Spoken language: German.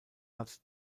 hat